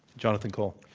jonathan cole.